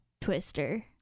twister